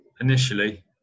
initially